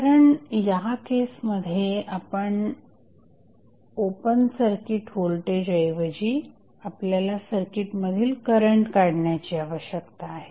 कारण या केसमध्ये ओपन सर्किट व्होल्टेज ऐवजी आपल्याला सर्किट मधील करंट काढण्याची आवश्यकता आहे